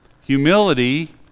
Humility